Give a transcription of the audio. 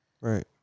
Right